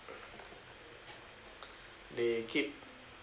they keep